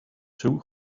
two